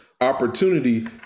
opportunity